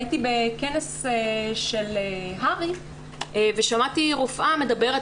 הייתי בכנס של הר"י ושמעתי רופאה מדברת